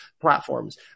platforms